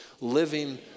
living